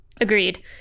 Agreed